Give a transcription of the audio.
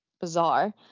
bizarre